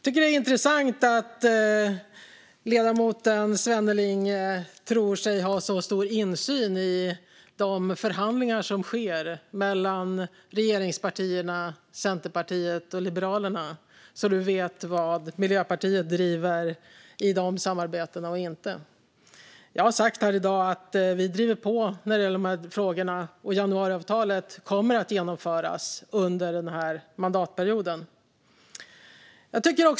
Det är intressant att ledamoten Svenneling tror sig ha så stor insyn i de förhandlingar som sker mellan regeringspartierna, Centerpartiet och Liberalerna så att han vet vilka frågor Miljöpartiet driver i detta samarbete och inte. Jag har sagt här i dag att vi driver på i dessa frågor. Januariavtalet kommer att genomföras under den här mandatperioden.